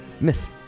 Miss